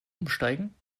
umsteigen